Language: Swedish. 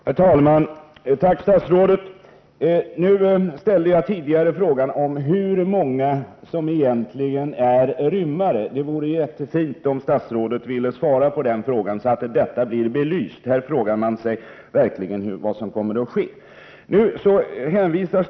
Herr talman! Tack, statsrådet! Jag ställde faktiskt tidigare frågan, hur många som egentligen är rymmare. Det vore jättefint om statsrådet ville svara på den frågan, så att detta blir belyst. Man undrar verkligen vad som kommer att ske för att minska ned rymningarna.